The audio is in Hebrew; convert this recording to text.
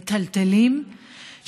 מטלטלים,